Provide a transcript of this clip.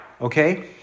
Okay